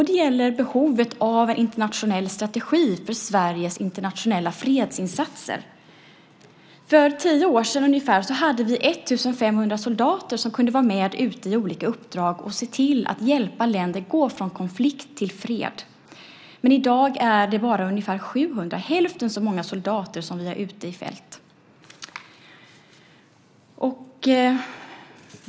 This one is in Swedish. Det gäller behovet av en internationell strategi för Sveriges internationella fredsinsatser. För tio år sedan ungefär hade vi 1 500 soldater som kunde vara med ute i olika uppdrag och se till att hjälpa länder gå från konflikt till fred. Men i dag är det bara ungefär 700, hälften så många soldater som vi har ute i fält.